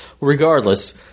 Regardless